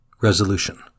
Resolution